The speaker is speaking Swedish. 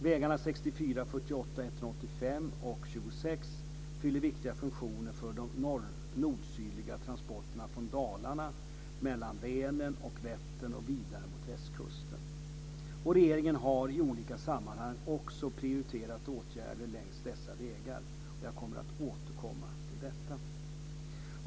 Vägarna 64, 48, 185 och 26 fyller viktiga funktioner för de nord-sydliga transporterna från Dalarna, mellan Vänern och Vättern och vidare mot Västkusten. Regeringen har i olika sammanhang också prioriterat åtgärder längs dessa vägar. Jag kommer att återkomma till detta.